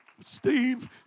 Steve